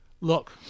Look